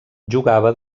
jugava